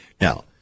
Now